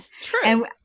True